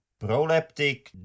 proleptic